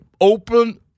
open